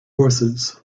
horses